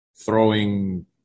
throwing